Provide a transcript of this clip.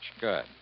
Good